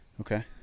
Okay